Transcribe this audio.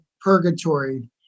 purgatory